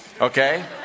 okay